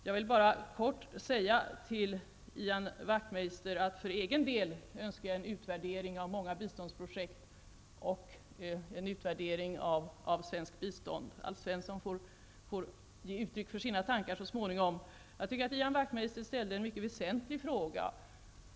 Jag vill bara kort säga till Ian Wachtmeister att jag för egen del önskar en utvärdering av många biståndsprojekt och en utvärdering av svenskt bistånd. Alf Svensson får ge uttryck för sina tankar så småningom. Jag tycker att Ian Wachtmeister ställde en mycket väsentlig fråga.